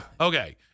Okay